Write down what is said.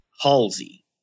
Halsey